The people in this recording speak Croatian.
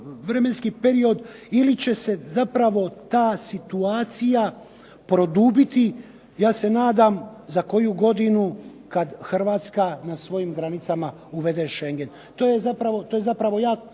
vremenski period ili će se zapravo ta situacija produbiti, ja se nadam za koju godinu kad Hrvatska na svojim granicama uvede Schengen. To je zapravo